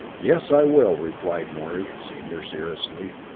yes, i will, replied morey, senior, seriously,